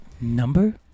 Number